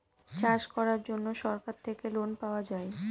চাষ করার জন্য সরকার থেকে লোন পাওয়া যায়